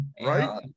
Right